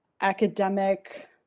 academic